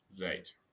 right